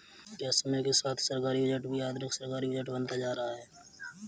क्या समय के साथ सरकारी बजट भी आधुनिक सरकारी बजट बनता जा रहा है?